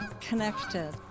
connected